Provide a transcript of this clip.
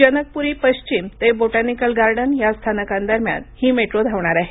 जनकपुरी पश्चिम ते botanical garden या स्थानकांदरम्यान ही मेट्रो धावणार आहे